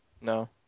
No